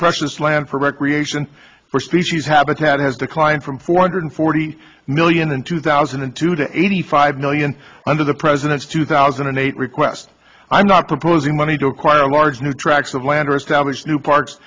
precious land for recreation for species habitat has declined from four hundred forty million in two thousand and two to eighty five million under the president's two thousand and eight request i'm not proposing money to acquire large new tracts of land or establish new parks